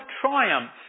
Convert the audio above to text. triumph